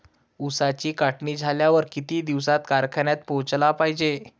ऊसाची काढणी झाल्यावर किती दिवसात कारखान्यात पोहोचला पायजे?